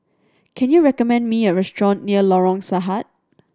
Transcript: can you recommend me a restaurant near Lorong Sarhad